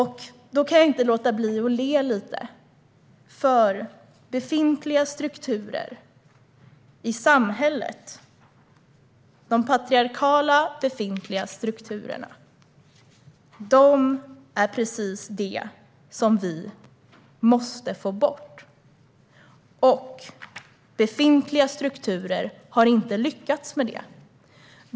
Då kan jag inte låta bli att le lite grann. Det är de befintliga patriarkala strukturerna i samhället som vi måste få bort. De befintliga strukturerna har inte lyckats med det.